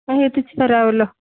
ആ എത്തിച്ചുതരാമല്ലോ